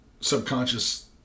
subconscious